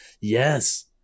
Yes